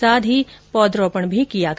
साथ ही पौधारोपण भी किया गया